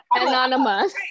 Anonymous